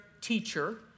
teacher